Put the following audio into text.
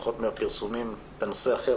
לפחות מהפרסומים בנושא אחר,